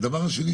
הדבר השני,